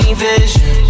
vision